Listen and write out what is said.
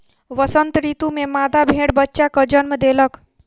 वसंत ऋतू में मादा भेड़ बच्चाक जन्म देलक